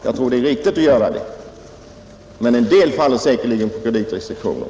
En del faller dock säkerligen på kreditrestriktioner,